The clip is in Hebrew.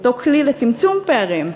אותו כלי לצמצום פערים.